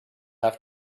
have